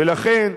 ולכן,